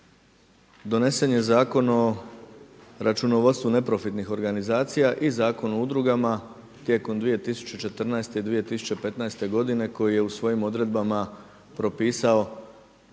donese je Zakon o računovodstvu neprofitnih organizacijama i Zakon o udrugama tijekom 2014. i 2015. godine koji je u svojim odredbama propisao